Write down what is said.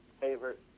favorite